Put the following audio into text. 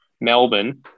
Melbourne